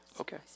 Okay